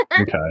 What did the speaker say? Okay